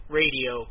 radio